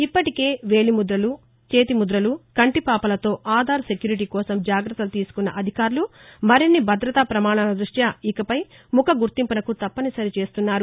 ఇప్పటికే వేలిముదలు చేతిముదలు కంటిపాపలతో ఆధార్ సెక్యూరిటీ కోసం జాగ్రత్తలు తీసుకున్న అధికారులు మరిన్ని భద్రతా ప్రమాణాల దృష్ట్వి ఇకపై ముఖ గుర్తింపునకు తప్పనిసరి చేస్తున్నారు